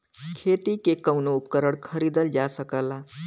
खेती के कउनो उपकरण खरीदल जा सकला